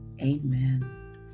Amen